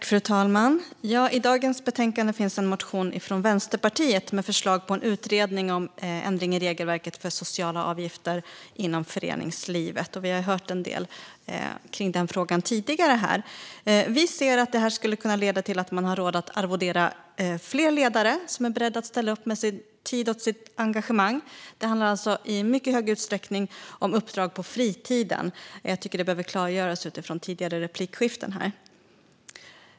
Fru talman! I betänkandet finns en motion från Vänsterpartiet med förslag på en utredning om ändring i regelverket för sociala avgifter inom föreningslivet. Vi har hört en del kring frågan tidigare här. Vi ser att det skulle kunna leda till att man har råd att arvodera fler ledare som är beredda att ställa upp med sin tid och sitt engagemang. Det handlar alltså i mycket stor utsträckning om uppdrag på fritiden; jag tycker att det behöver klargöras utifrån tidigare replikskiften.